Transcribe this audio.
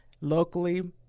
locally